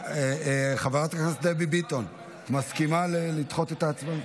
חברת הכנסת דבי ביטון, מסכימה לדחות את ההצבעה?